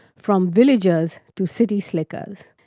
from villagers to city slickers.